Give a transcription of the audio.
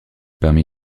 parmi